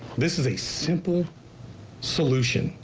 this is a simple solution.